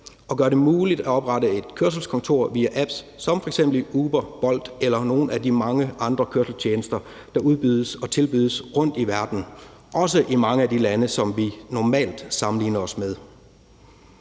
og gøre det muligt at oprette et kørselskontor via apps som f.eks. i Uber, Bolt eller nogen af de mange andre kørselstjenester, der udbydes og tilbydes rundt i verden, også i mange af de lande, som vi normalt sammenligner os med.